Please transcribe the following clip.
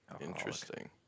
Interesting